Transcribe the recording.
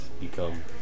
become